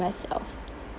for myself